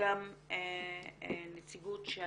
גם נציגות של